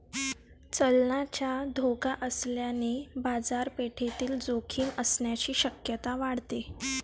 चलनाचा धोका असल्याने बाजारपेठेतील जोखीम असण्याची शक्यता वाढते